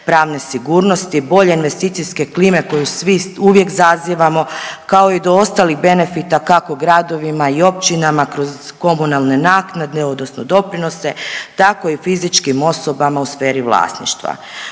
pravne sigurnosti, bolje investicijske klime koju svi uvijek zazivamo kao i do ostalih benefita kako gradovima i općinama kroz komunalne naknade odnosno doprinose tako i fizičkim osobama u sferi vlasništva.